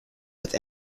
with